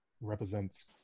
represents